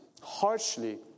harshly